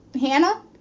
Hannah